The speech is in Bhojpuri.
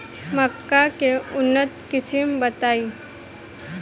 मक्का के उन्नत किस्म बताई?